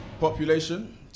Population